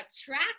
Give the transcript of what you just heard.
track